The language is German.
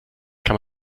kann